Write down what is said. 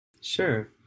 Sure